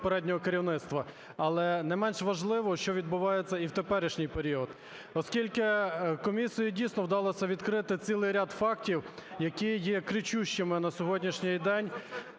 попереднього керівництва. Але не менш важливо, що відбувається і в теперішній період. Оскільки комісією, дійсно, вдалося відкрити цілий ряд фактів, які є кричущими на сьогоднішній день,